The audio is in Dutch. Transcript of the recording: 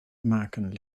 maken